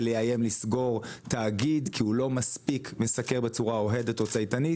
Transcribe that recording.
זה לאיים לסגור תאגיד כי הוא לא מספיק מסקר בצורה אוהדת או צייתנית,